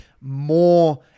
more